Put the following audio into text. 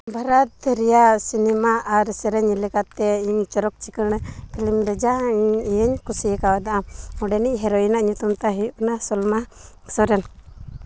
ᱵᱷᱟᱨᱚᱛ ᱨᱮᱭᱟᱜ ᱥᱤᱱᱮᱢᱟ ᱟᱨ ᱥᱮᱨᱮᱧ ᱞᱮᱠᱟᱛᱮ ᱤᱧ ᱪᱚᱨᱚᱠ ᱪᱤᱠᱟᱹᱲ ᱯᱷᱤᱞᱤᱢ ᱨᱮᱭᱟᱜ ᱤᱧ ᱠᱩᱥᱤᱣ ᱠᱟᱫᱟ ᱚᱸᱰᱮᱱᱤᱡ ᱦᱤᱨᱳᱭᱤᱱ ᱟᱜ ᱧᱩᱛᱩᱢ ᱛᱟᱭ ᱦᱩᱭᱩᱜ ᱠᱟᱱᱟ ᱥᱚᱞᱢᱟ ᱥᱚᱨᱮᱱ